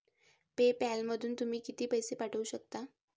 पे पॅलमधून तुम्ही किती पैसे पाठवू शकता?